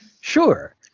Sure